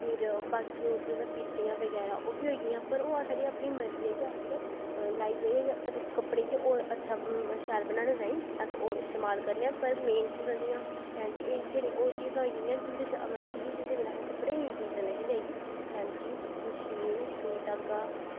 जि'यां बाकी कि फीत्तियां बगैरा ओह्बी होई गेइयां कि ओह् ते साढ़ी मरज़ी ऐ कि अस एह् लाइयै कपड़े गी होर अच्छा बनाने ताईं अस इस्तेमाल करने आं पर मेन चीज़ ऐ जि'यां कि कैंची एह् ओह् चीज आई गेइयां कि जि'यां जेह्दे बगैर अस कपड़े निं सीह् सकदे कैंची मशीन सूई धागा